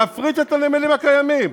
להפריט את הנמלים הקיימים,